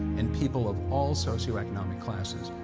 and people of all socioeconomic classes.